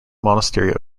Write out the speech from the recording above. monastery